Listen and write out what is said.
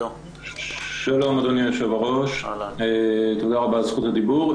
שלום אדוני היושב-ראש, תודה על זכות הדיבור.